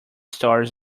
stories